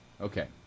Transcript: Okay